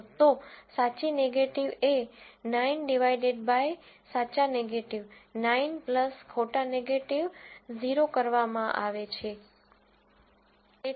તો સાચી નેગેટીવ એ 9 ડીવાયડેડ બાય સાચા નેગેટીવ 9 ખોટા નેગેટીવ 0 કરવામાં આવે છે